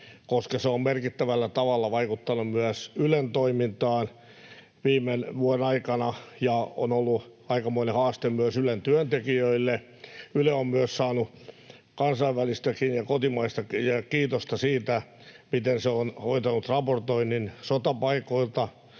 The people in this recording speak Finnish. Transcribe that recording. koska se on merkittävällä tavalla vaikuttanut myös Ylen toimintaan viime vuoden aikana ja on ollut aikamoinen haaste myös Ylen työntekijöille. Yle on myös saanut — kotimaista ja kansainvälistäkin — kiitosta siitä, miten se on hoitanut raportoinnin sotapaikoilta,